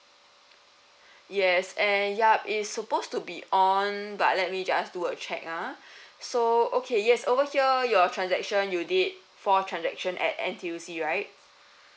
yes and yup it's supposed to be on but let me just do a check ah so okay yes over here your transaction you did for transaction at N_T_U_C right